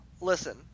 Listen